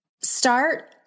Start